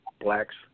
Blacks